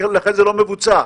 לכן זה לא מבוצע.